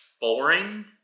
boring